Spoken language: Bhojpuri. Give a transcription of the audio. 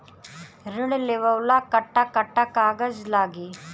ऋण लेवेला कट्ठा कट्ठा कागज लागी?